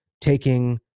taking